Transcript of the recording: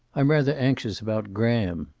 i'm rather anxious about graham.